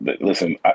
listen